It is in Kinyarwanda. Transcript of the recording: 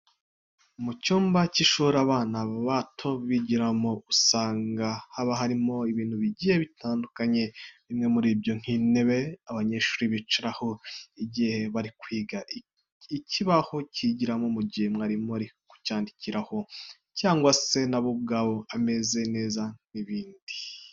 Mu cyumba cy'ishuri abana bato bigiramo usanga haba harimo ibintu bigiye bitandukanye. Bimwe muri byo ni nk'intebe abanyeshurri bicaraho igihe bari kwiga, ikibaho bigiraho mu gihe mwarimu ari kucyandikiraho cyangwa se na bo ubwabo, ameza ndetse n'ibindi.